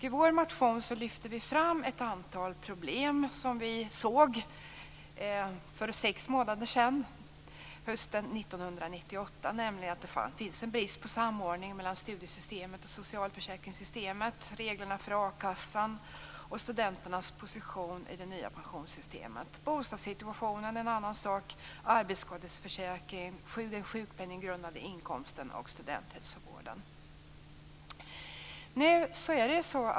I vår motion lyfter vi fram ett antal problem som vi såg för sex månader sedan, hösten 1998, nämligen brist på samordning mellan studiesystemet och socialförsäkringssystemet, reglerna för a-kassan och studenternas position i det nya pensionssystemet. Bostadssituationen är en annan sak, arbetsskadeförsäkringen, den sjukpenninggrundande inkomsten och studenthälsovården.